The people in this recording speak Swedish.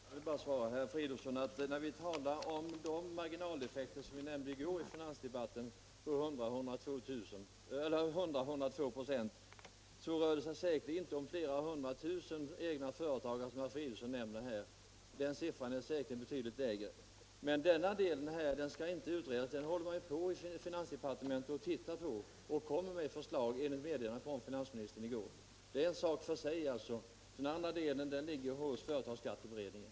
Fru talman! Jag vill bara svara herr Fridolfsson att när det gäller de marginaleffekter på 100-102 26 som nämndes i går i finansdebatten så rör det sig säkerligen inte om hundratusentals egenföretagare, som herr Fridolfsson sade. Siffran är säkerligen betydligt lägre. Men den delen skall inte utredas. Den delen tittar man ju på i finansdepartementet, och det kommer förslag enligt finansministern. Det är alltså en sak för sig. Den andra delen ligger hos företagsskatteberedningen.